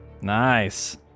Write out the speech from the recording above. Nice